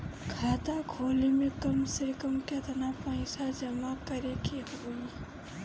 खाता खोले में कम से कम केतना पइसा जमा करे के होई?